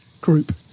group